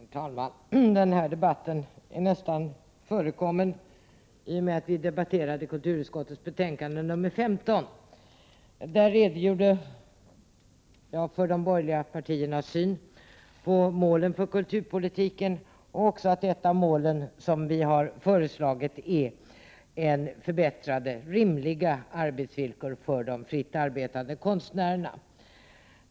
Herr talman! Den här debatten är nästan förekommen i och med att vi har debatterat kulturutskottets betänkande 15. Där redogjorde jag för de borgerliga partiernas syn på målen för kulturpolitiken och att ett av de mål som vi har föreslagit är förbättrade, rimliga arbetsvillkor för de fritt arbetande konstnärerna.